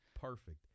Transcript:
Perfect